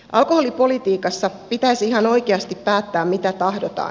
alkoholipolitiikassa pitäisi ihan oikeasti päättää mitä tahdotaan